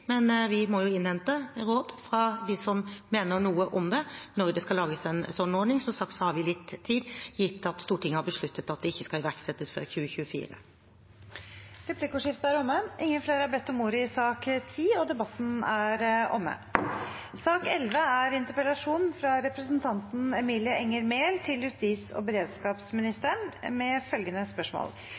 men vi må jo innhente råd fra dem som mener noe om det, når det skal lages en ordning. Som sagt har vi litt tid, gitt at Stortinget har besluttet at det ikke skal iverksettes før 2024. Replikkordskiftet er omme. Flere har ikke bedt om ordet til sak nr. 10. Regjeringen, med Høyre og Fremskrittspartiet, innførte med støtte fra Arbeiderpartiet den såkalte nærpolitireformen i 2016. På regjeringen.no kan vi lese at «Målet med nærpolitireformen er